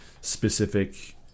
specific